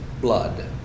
blood